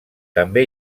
també